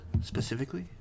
specifically